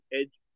edge